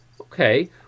Okay